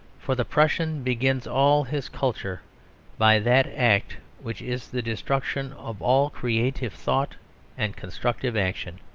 for the prussian begins all his culture by that act which is the destruction of all creative thought and constructive action.